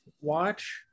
watch